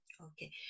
okay